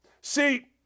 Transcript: See